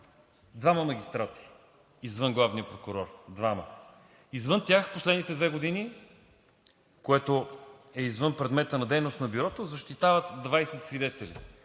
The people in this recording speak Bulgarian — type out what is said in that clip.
Двама магистрати извън главния прокурор. Двама! Извън тях в последните две години, което е извън предмета на дейност на Бюрото, защитават 20 свидетели,